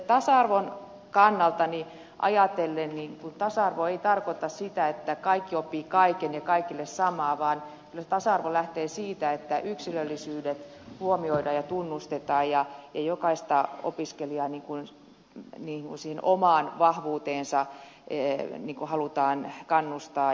tasa arvon kannalta ajatellen tasa arvo ei tarkoita sitä että kaikki oppivat kaiken ja kaikille samaa vaan tasa arvo lähtee siitä että yksilöllisyydet huomioidaan ja tunnustetaan ja jokaista opiskelijaa siihen omaan vahvuuteensa ja sen kehittämiseen halutaan kannustaa